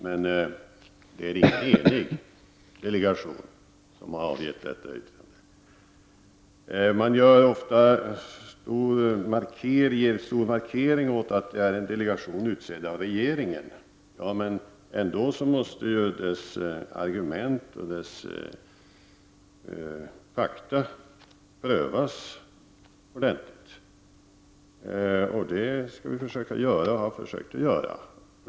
Men det är icke en enig delegation som har avgett detta yttrande. Man markerar ofta starkt att detta är en delegation utsedd av regeringen. Dess argument och dess fakta måste ju ändå prövas ordentligt. Det skall vi försöka — och har försökt — att göra.